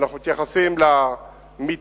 ואנחנו מתייחסים למטרד